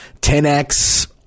10X